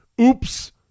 Oops